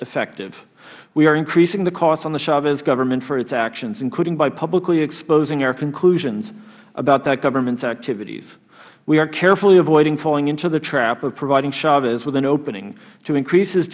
effective we are increasing the cost on the chavez government for its actions including by publicly exposing our conclusions about that government's activities we are carefully avoiding falling into the trap of providing chavez with an opening to increase his